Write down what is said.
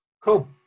Cool